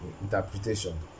interpretation